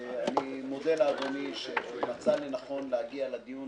אני מודה לאדוני שמצא לנכון להגיע לדיון